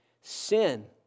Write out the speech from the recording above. Sin